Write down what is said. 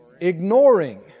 Ignoring